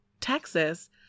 Texas